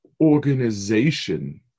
Organization